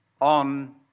on